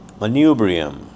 manubrium